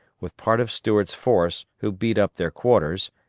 with part of stuart's force, who beat up their quarters,